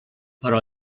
però